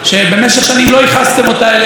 שבמשך שנים לא ייחסתם אותה אלינו,